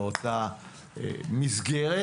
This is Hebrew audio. באותה מסגרת